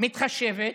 מתחשבת והורה: